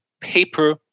paper